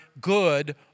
good